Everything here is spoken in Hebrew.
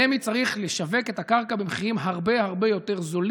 רמ"י צריכה לשווק את הקרקע במחירים הרבה הרבה יותר נמוכים.